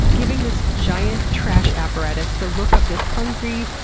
giving this giant trash apparatus the look of this hungry,